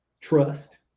Trust